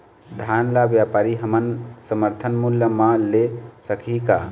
धान ला व्यापारी हमन समर्थन मूल्य म ले सकही का?